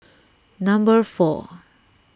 number four